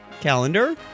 calendar